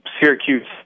Syracuse